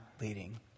leading